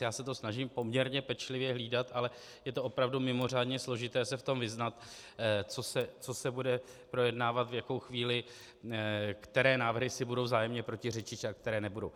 Já se to snažím poměrně pečlivě hlídat, ale je opravdu mimořádně složité se v tom vyznat, co se bude projednávat, v jakou chvíli, které návrhy si budou vzájemně protiřečit a které nebudou.